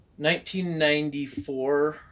1994